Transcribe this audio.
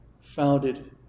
founded